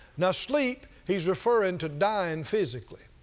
now sleep he is referring to dying physically,